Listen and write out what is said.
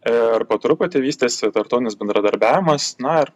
ir po truputį vystėsi tartaunis bendradarbiavimas na ir